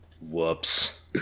Whoops